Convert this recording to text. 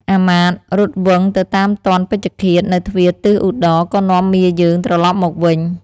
អាមាត្យរត់វឹងទៅតាមទាន់ពេជ្ឈឃាតនៅទ្វារទិសឧត្តរក៏នាំមាយើងត្រឡប់មកវិញ។